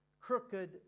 crooked